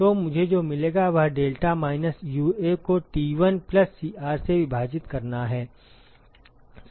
तो मुझे जो मिलेगा वह डेल्टा माइनस UA को T1 प्लस Cr से विभाजित करना है